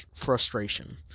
frustration